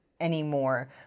anymore